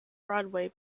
broadway